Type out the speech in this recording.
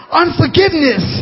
unforgiveness